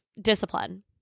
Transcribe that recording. discipline